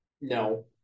No